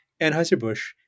Anheuser-Busch